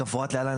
- כמפורט להלן,